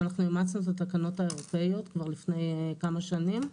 ואנחנו אימצנו את התקנות האירופאיות כבר לפני כמה שנים,